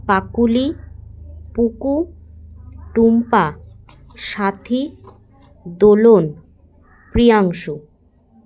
Pakuli Puku Tumpa Sathi Dolan Priyanshu